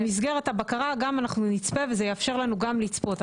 במסגרת הבקרה גם אנחנו נצפה וזה יאפשר לנו גם לצפות,